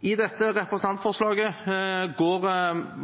I dette representantforslaget går